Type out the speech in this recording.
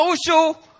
Social